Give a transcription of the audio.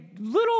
little